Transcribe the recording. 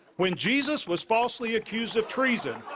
when jesus was falsely accused of treason,